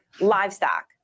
livestock